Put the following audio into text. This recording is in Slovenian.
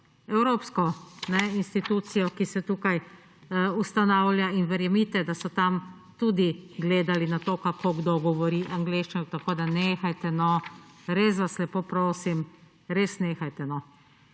evropsko institucijo, ki se tukaj ustanavlja, in verjemite, da so tam tudi gledali na to, kako kdo govori angleščino. Tako da nehajte, no. Res vas lepo prosim, res nehajte.